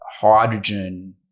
hydrogen